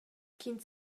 ch’ins